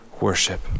worship